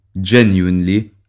genuinely